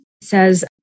says